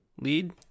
lead